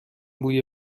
بوی